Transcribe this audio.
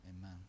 Amen